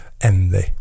envy